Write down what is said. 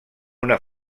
una